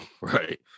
Right